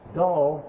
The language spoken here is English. dull